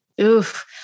Oof